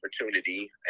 opportunity